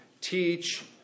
teach